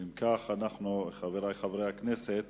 אם כך, חברי חברי הכנסת,